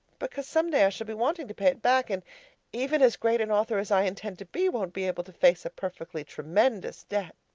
because some day i shall be wanting to pay it back, and even as great an author as i intend to be won't be able to face a perfectly tremendous debt.